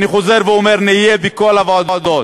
אני חוזר ואומר: נהיה בכל הוועדות.